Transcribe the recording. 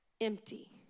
empty